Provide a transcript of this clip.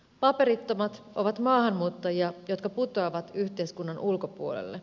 paperittomat ovat maahanmuuttajia jotka putoavat yhteiskunnan ulkopuolelle